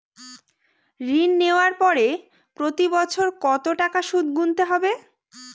ঋণ নেওয়ার পরে প্রতি বছর কত টাকা সুদ গুনতে হবে?